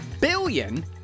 billion